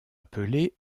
appelée